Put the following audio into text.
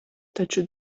taču